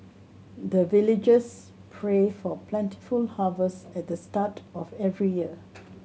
the villagers pray for plentiful harvest at the start of every year